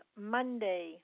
Monday